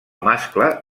mascle